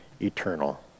eternal